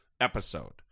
episode